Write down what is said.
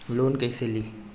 Loan कईसे ली?